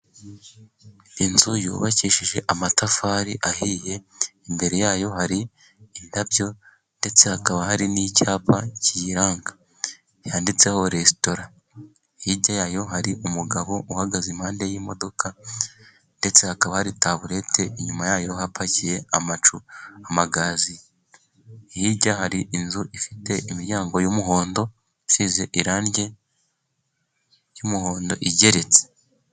Inzu yubakishije amatafari ahiye, imbere yayo hari indabyo ndetse hakaba hari n'icyapa kiyiranga, yanditseho resitora. Hirya yayo hari umugabo uhagaze iruhande rw'imodoka ndetse hakaba hari tabureti, inyuma yayo hapakiye amagaziye, hirya hari inzu ifite imiryango y'umuhondo isize irangi ry'umuhondo igeretse.